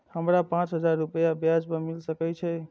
हमरा पाँच हजार रुपया ब्याज पर मिल सके छे?